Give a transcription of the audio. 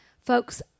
Folks